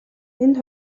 энэ